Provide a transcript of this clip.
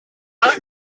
park